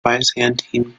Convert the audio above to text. byzantine